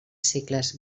cicles